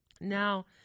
Now